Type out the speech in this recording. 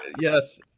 Yes